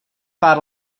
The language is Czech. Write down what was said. pár